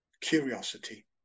curiosity